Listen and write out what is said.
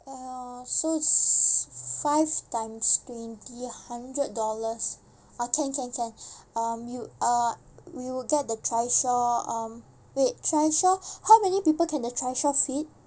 uh so five times twenty hundred dollars uh can can can uh you uh we will get the trishaw um wait trishaw how many people can the trishaw fit